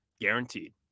guaranteed